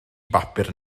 bapur